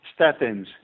statins